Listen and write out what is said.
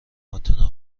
اتنا